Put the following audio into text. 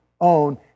own